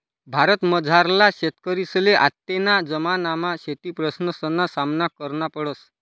भारतमझारला शेतकरीसले आत्तेना जमानामा शेतीप्रश्नसना सामना करना पडस